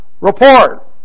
Report